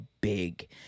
big